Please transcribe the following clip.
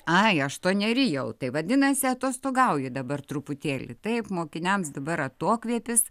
ai aštuoneri jau tai vadinasi atostogauji dabar truputėlį taip mokiniams dabar atokvėpis